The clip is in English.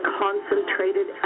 concentrated